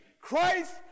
Christ